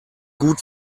gut